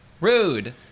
Rude